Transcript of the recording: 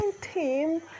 team